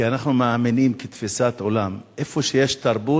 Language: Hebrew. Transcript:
כי אנחנו מאמינים כתפיסת עולם: איפה שיש תרבות,